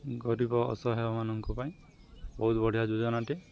ଗରିବ ଅସହାୟମାନଙ୍କ ପାଇଁ ବହୁତ ବଢ଼ିଆ ଯୋଜନାଟେ